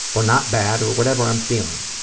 or not bad, or whatever i'm feeling.